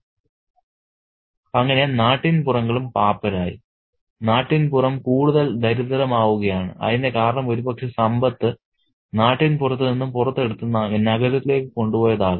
അങ്ങനെ നാട്ടിൻപുറങ്ങളും പാപ്പരായി നാട്ടിൻപുറം കൂടുതൽ ദരിദ്രമാവുകയാണ് അതിന്റെ കാരണം ഒരുപക്ഷേ സമ്പത്ത് നാട്ടിൻപുറത്ത് നിന്നും പുറത്തെടുത്ത് നഗരത്തിലേക്ക് കൊണ്ടുപോയതാകാം